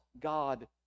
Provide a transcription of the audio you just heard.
God